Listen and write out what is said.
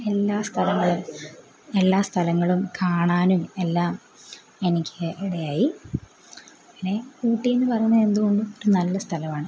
എല്ലാ സ്ഥലങ്ങളും എല്ലാ സ്ഥലങ്ങളും കാണാനും എല്ലാം എനിക്ക് ഇടയായി പിന്നെ ഊട്ടി എന്ന് പറയുന്നത് എന്തുകൊണ്ടും നല്ല സ്ഥലവാണ്